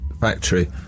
Factory